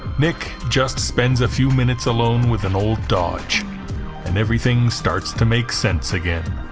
nick just spends a few minutes alone with an old dodge and everything starts to make sense again